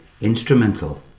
instrumental